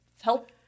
help